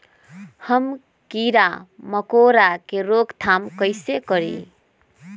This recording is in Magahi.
हम किरा मकोरा के रोक थाम कईसे करी?